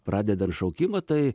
pradedant šaukimą tai